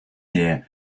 der